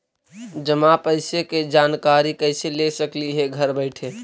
जमा पैसे के जानकारी कैसे ले सकली हे घर बैठे?